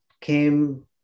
came